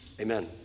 amen